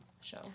show